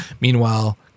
Meanwhile